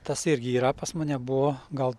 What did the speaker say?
tas irgi yra pas mane buvo gal